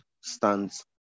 stands